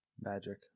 Magic